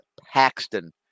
Paxton